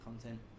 content